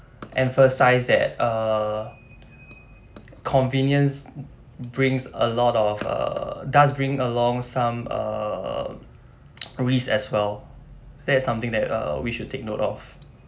emphasise that uh convenience brings a lot of err does bring along some err risk as well that's something that err we should take note of